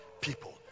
people